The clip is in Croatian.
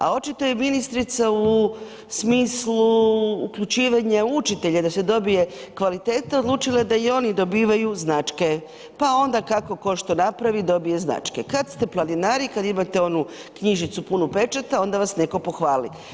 A očito je i ministrica u smislu uključivanja učitelja da se dobije kvaliteta odlučila da i oni dobivaju značke, pa onda kako ko što napravi dobije značke, kad ste planinari, kad imate onu knjižicu punu pečata onda vas neko pohvali.